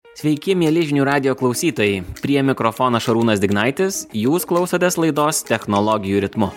sveiki mieli žinių radijo klausytojai prie mikrofono šarūnas dignaitis jūs klausotės laidos technologijų ritmu